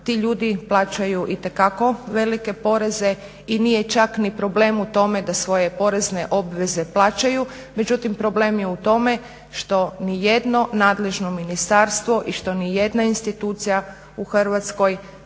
ti ljudi plaćaju itekako velike poreze i nije čak ni problem u tome da svoje porezne obveze plaćaju. Međutim problem je u tome što ni jedno nadležno ministarstvo i što ni jedna institucija u Hrvatskoj